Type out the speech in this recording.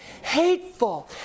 hateful